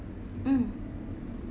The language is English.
mm